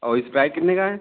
और इस्प्राइट कितने का है